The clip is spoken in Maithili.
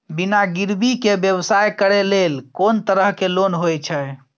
बिना गिरवी के व्यवसाय करै ले कोन तरह के लोन होए छै?